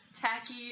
Tacky